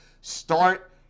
Start